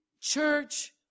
church